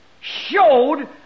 showed